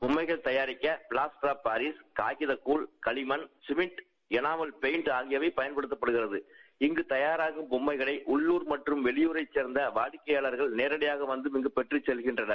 பொம்மைகள் தயாரிக்க plaster of Paris காகிதக்கூழ் களிமண் சிமெண்ட் எணாமல் பெயிண்ட் ஆகியவை பயன்படுத்தப்படுகிறது இங்கு தயாகும் பொம்மைகளை உள்ளுர் மற்றம் வெளியூரை சேர்ந்த வாடிக்கைபாளர்கள் நோடியாக வந்து நின்று பெற்று செல்கின்றனர்